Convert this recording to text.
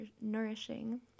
nourishing